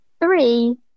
three